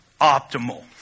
optimal